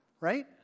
right